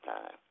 time